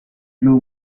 blue